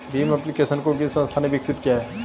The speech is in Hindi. भीम एप्लिकेशन को किस संस्था ने विकसित किया है?